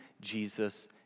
Jesus